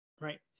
right